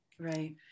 Right